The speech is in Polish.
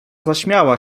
zaśmiała